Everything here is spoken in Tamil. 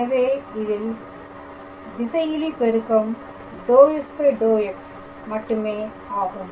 எனவே இதில்திசையிலி பெருக்கம் ∂f∂x மட்டுமே ஆகும்